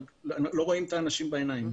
אבל לא רואים את האנשים בעיניים,